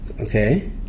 Okay